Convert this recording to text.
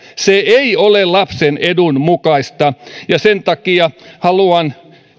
se ei ole lapsen edun mukaista ja sen takia haluan